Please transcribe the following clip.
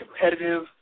competitive